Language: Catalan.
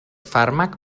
fàrmac